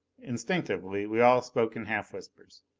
instinctively we all spoke in half whispers,